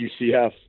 UCF